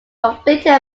conflicting